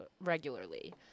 regularly